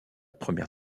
première